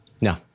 no